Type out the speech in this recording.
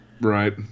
Right